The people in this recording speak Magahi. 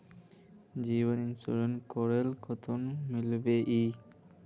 जीवन इंश्योरेंस करले कतेक मिलबे ई?